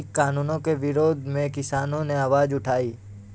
कृषि कानूनों के विरोध में किसानों ने आवाज उठाई